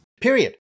Period